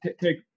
take